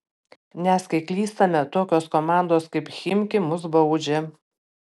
nes kai klystame tokios komandos kaip chimki mus baudžia